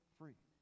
free